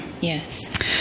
Yes